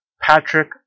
Patrick